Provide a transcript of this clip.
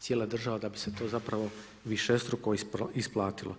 cijela država da bi se to zapravo višestruko isplatilo.